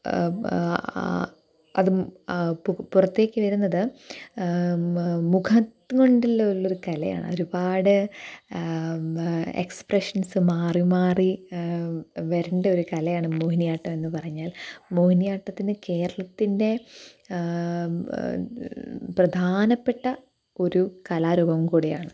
അത് പു പുറത്തേക്കു വരുന്നത് മുഖം കൊണ്ടുള്ള ഉള്ളൊരു കലയാണ് ഒരുപാട് എക്സ്പ്രഷന്സും മാറിമാറി വരേണ്ടയൊരു കലയാണ് മോഹിനിയാട്ടം എന്നു പറഞ്ഞാല് മോഹിനിയാട്ടത്തിനു കേരളത്തിന്റെ പ്രധാനപ്പെട്ട ഒരു കലാരൂപം കൂടെയാണ്